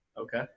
Okay